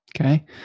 Okay